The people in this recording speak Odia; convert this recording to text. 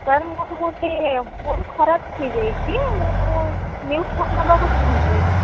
ସାର୍ ମୋର ଗୋଟେ ଫୋନ୍ ଖରାପ ହୋଇଯାଇଛି ମୁଁ ନିଉ ଫୋନ୍ ନେବାକୁ ଚାହୁଁଛି